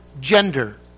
gender